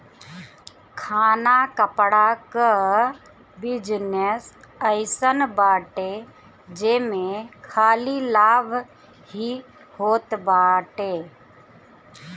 खाना कपड़ा कअ बिजनेस अइसन बाटे जेमे खाली लाभ ही होत बाटे